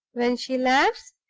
when she laughs,